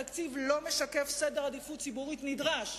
התקציב לא משקף סדר עדיפויות ציבורי נדרש,